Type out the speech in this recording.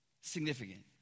significant